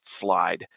slide